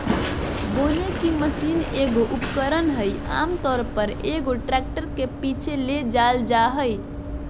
बोने की मशीन एगो उपकरण हइ आमतौर पर, एगो ट्रैक्टर के पीछे ले जाल जा हइ